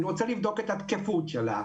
אני רוצה לבדוק את התקפות שלה.